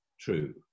true